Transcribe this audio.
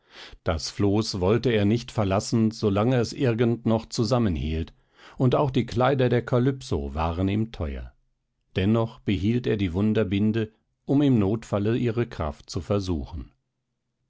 das floß wollte er nicht verlassen so lange es irgend noch zusammenhielt und auch die kleider der kalypso waren ihm teuer dennoch behielt er die wunderbinde um im notfalle ihre kraft zu versuchen